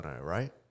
right